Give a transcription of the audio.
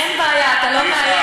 אין בעיה, אתה לא מאיים.